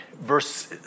verse